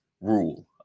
rule